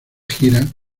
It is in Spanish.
gira